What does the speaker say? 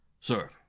Sir